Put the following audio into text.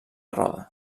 roda